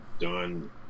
done